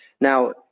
Now